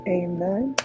amen